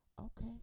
okay